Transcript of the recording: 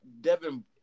Devin